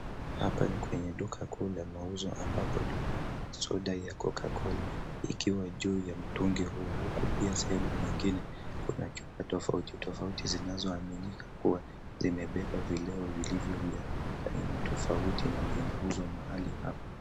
Hapa ni kwenye duka kuu la mauzo ambapo tunaona soda ya Coca-Cola ikiwa juu ya mtungi huu huku pia sehemu nyingine kuna chupa tofauti tofauti zinazoaminika kuwa zimebeba vileo vilivyo vya aina tofauti na vinauzwa mahali hapa.